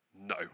No